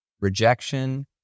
rejection